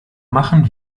machen